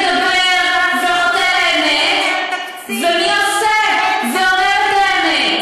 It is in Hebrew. מי מדבר ואומר אמת ועושה ומי אומר לא-אמת.